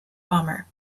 bomber